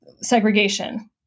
segregation